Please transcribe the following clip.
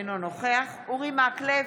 אינו נוכח אורי מקלב,